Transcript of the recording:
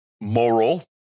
moral